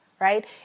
right